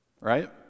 Right